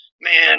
man